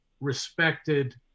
respected